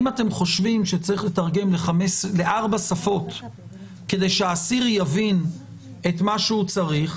אם אתם חושבים שצריך לתרגם ל-4 שפות כדי שהאסיר יבין את מה שהוא צריך,